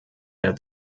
der